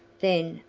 then,